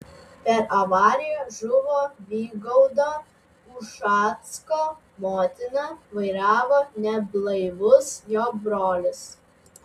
per avariją žuvo vygaudo ušacko motina vairavo neblaivus jo brolis